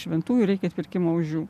šventųjų reikia atpirkimo ožių